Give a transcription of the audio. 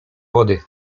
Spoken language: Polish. wody